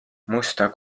musta